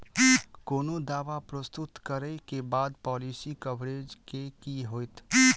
कोनो दावा प्रस्तुत करै केँ बाद पॉलिसी कवरेज केँ की होइत?